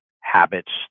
habits